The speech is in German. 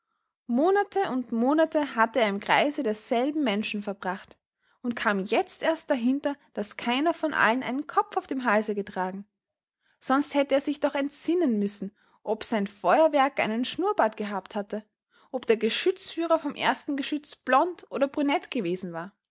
monate und monate hatte er im kreise derselben menschen verbracht und kam jetzt erst dahinter daß keiner von allen einen kopf auf dem halse getragen sonst hätte er sich doch entsinnen müssen ob sein feuerwerker einen schnurrbart gehabt hatte ob der geschützführer vom ersten geschütz blond oder brünett gewesen war